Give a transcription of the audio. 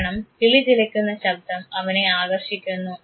കാരണം കിളി ചിലയ്ക്കുന്ന ശബ്ദം അവനെ ആകർഷിക്കുന്നു